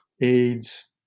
AIDS